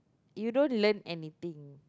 you don't lame anything